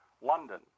London